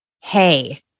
Hey